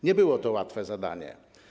Nie było to łatwe zadanie.